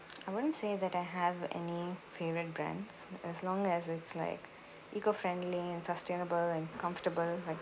I wouldn't say that I have any favourite brands as long as it's like eco-friendly and sustainable and comfortable like